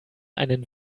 einen